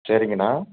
சரிங்கண்ணா